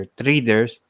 traders